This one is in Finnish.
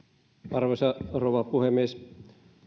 arvoisa rouva puhemies